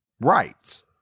rights